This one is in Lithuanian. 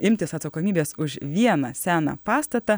imtis atsakomybės už vieną seną pastatą